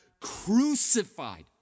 crucified